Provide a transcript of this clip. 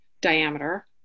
diameter